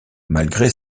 malgré